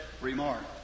remark